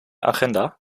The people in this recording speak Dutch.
agenda